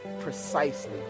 precisely